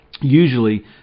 Usually